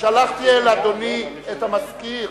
שלחתי אל אדוני את המזכיר.